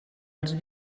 els